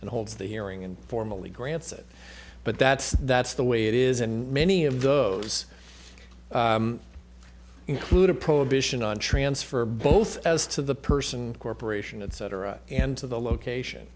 and holds the hearing and formally grants it but that's that's the way it is and many of those include a prohibition on transfer both as to the person corporation and cetera and to the location